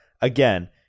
Again